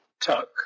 Tuck